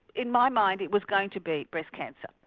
in my mind it was going to be breast cancer.